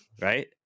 Right